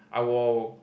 I will